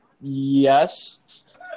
Yes